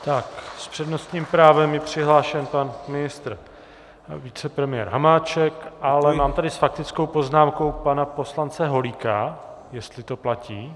S přednostním právem je přihlášen pan ministr, vicepremiér Hamáček, ale mám tady s faktickou poznámkou poslance Holíka, jestli to platí?